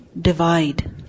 divide